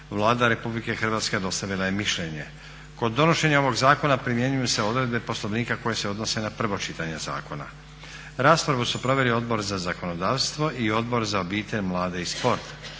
Vlada Republike Hrvatske dostavila je mišljenje. Kod donošenja ovog zakona primjenjuju se odredbe Poslovnika koje se odnose na prvo čitanje zakona. Raspravu su proveli Odbor za zakonodavstvu i Odbor za obitelj, mlade i sport.